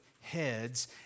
heads